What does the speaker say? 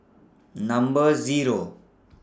Number Zero